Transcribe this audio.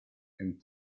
and